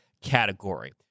category